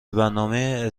برنامه